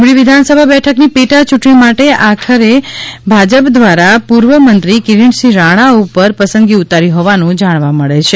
લીંબડી વિધાનસભા બેઠકની પેટા ચૂંટણી માટે આખરે ભાજપ દ્વારા પૂર્વ મંત્રી કિરીટસિંહ રાણા ઉપર પસંદગી ઉતારી હોવાનું જાણવા મળેલ છે